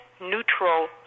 neutral